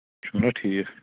چھُو نہ ٹھیٖک